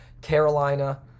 Carolina